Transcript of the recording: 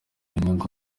inyungu